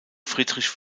friedrich